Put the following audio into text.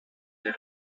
les